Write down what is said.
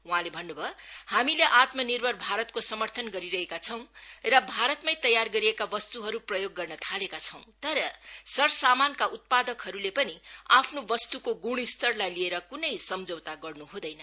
वहाँले भन्नु भयो हामीले आत्मनिर्भर भारतको समर्थन गरिरहेका छौं र भारतमै तयार गरिएका वस्तुहरु प्रयोग गर्न थालेका छौ तर सरसामानका उत्पादकहरुले पनि आफ्नो वस्तुको गुणस्तरलाई लिएर कुनै सम्झौता गर्नु हुँदैन